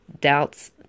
Doubts